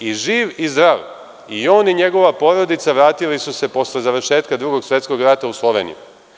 I živ i zdrav i on i njegova porodica vratili su se posle završetka Drugog svetskog rata u Sloveniju.